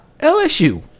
LSU